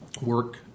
work